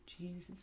jesus